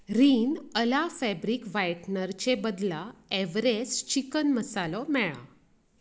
रिन अला फॅब्रिक व्हाईटनरचे बदला एव्हरेस्ट चिकन मसालो मेळ्ळा